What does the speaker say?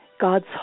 God's